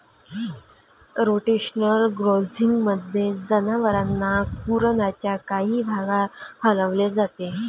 rotational ग्राझिंगमध्ये, जनावरांना कुरणाच्या काही भागात हलवले जाते